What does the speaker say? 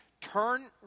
turn